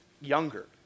younger